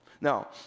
Now